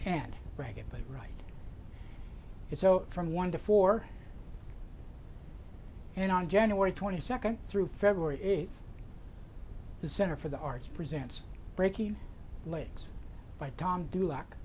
and racket but right so from one to four and on january twenty second through february it is the center for the arts presents breaking legs by tom duo